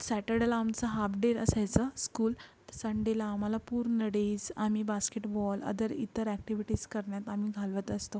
सॅटर्डेला आमचा half day असायचं school संडेला आम्हाला पूर्ण डेज आम्ही बास्केटबॉल अदर इतर ॲक्टिविटीस करण्यात आम्ही घालवत असतो